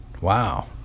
Wow